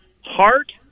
heart